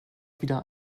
wieder